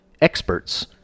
experts